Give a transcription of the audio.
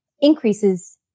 increases